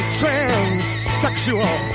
transsexual